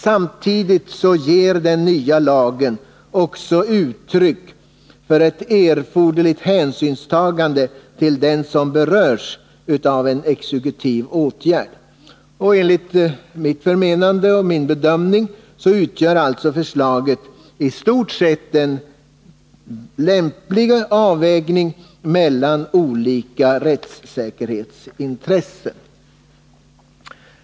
Samtidigt ger den nya lagen också uttryck för erforderligt hänsynstagande till den som berörs av en exekutiv åtgärd. Enligt mitt förmenande och min bedömning utgör förslaget i stort sett en lämplig avvägning mellan olika rättssäkerhetsintressen.